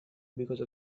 because